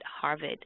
Harvard